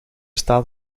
staat